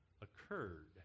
occurred